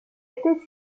était